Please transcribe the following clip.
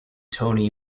tony